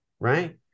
Right